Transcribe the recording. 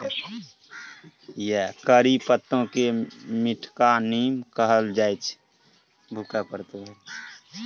करी पत्ताकेँ मीठका नीम कहल जाइत छै